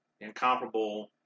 incomparable